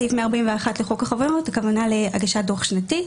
סעיף 141 לחוק החברות, הכוונה להגשת דוח שנתי.